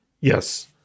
Yes